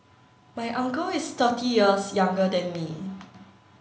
my uncle is thirty years younger than me